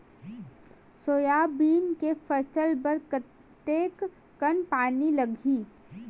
Soybean के फसल बर कतेक कन पानी लगही?